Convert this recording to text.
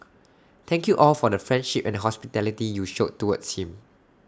thank you all for the friendship and hospitality you showed towards him